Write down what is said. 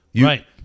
Right